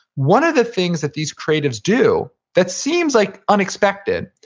one of the things that these creatives do, that seems like unexpected,